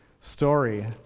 story